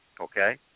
okay